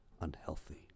unhealthy